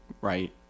right